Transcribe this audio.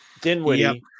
Dinwiddie